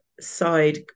side